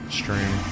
stream